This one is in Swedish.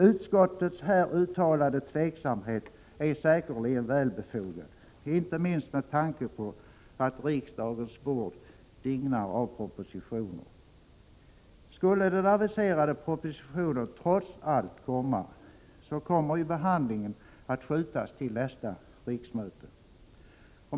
Utskottets här uttalade tveksamhet är säkerligen välbefogad, inte minst med tanke på att riksdagens bord dignar av propositioner. Skulle den aviserade propositionen trots allt läggas fram, kommer ju behandlingen att skjutas upp till nästa riksmöte.